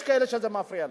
יש כאלה שזה מפריע להם.